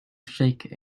shake